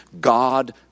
God